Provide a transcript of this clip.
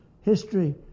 history